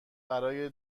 برای